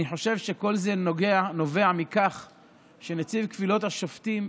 אני חושב שכל זה נובע מכך שנציב קבילות השופטים,